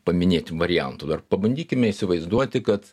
paminėti variantų dar pabandykime įsivaizduoti kad